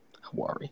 Hawaii